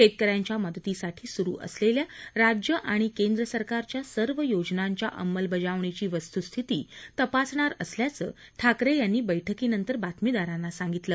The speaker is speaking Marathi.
शेतकऱ्यांच्या मदतीसाठी सुरू असलेल्या राज्य आणि केंद्रसरकारच्या सर्व योजनांच्या अंमलबजावणीची वस्तुस्थिती तपासणार असल्याचं ठाकरे यांनी बैठकीनंतर बातमीदारांना सांगितलं